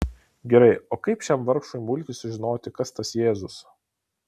gerai o kaip šiam vargšui mulkiui sužinoti kas tas jėzus